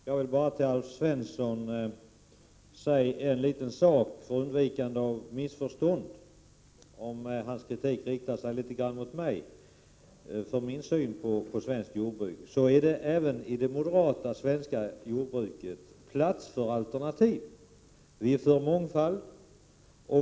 Herr talman! Jag vill bara säga en sak till Alf Svensson för undvikande av missförstånd, om hans kritik är riktad mot mig för min syn på svenskt jordbruk. Det finns även i det moderata svenska jordbruket plats för alternativ och mångfald.